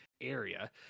area